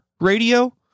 radio